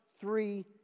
Three